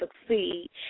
succeed